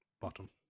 bottom